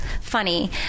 funny